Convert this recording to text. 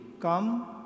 Come